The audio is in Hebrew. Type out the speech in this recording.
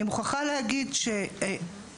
אני מוכרחה להגיד שהתקן